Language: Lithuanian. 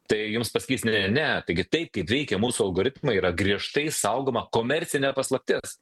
tai jums pasakys ne ne ne taigi taip kaip veikia mūsų algoritmai yra griežtai saugoma komercinė paslaptis